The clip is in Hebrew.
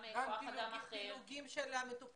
גם כוח אדם אחר --- גם פילוחים של המטופלים,